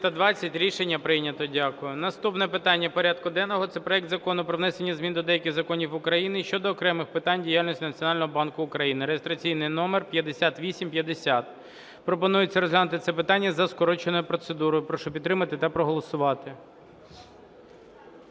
Рішення прийнято. Дякую. Наступне питання порядку денного – це проект Закону про внесення змін до деяких законів України щодо окремих питань діяльності Національного банку України (реєстраційний номер 5850). Пропонується розглянути це питання за скороченою процедурою. Прошу підтримати та проголосувати.